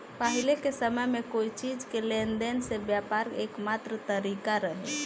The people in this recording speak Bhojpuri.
पाहिले के समय में कोई चीज़ के लेन देन से व्यापार के एकमात्र तारिका रहे